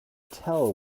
tell